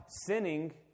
sinning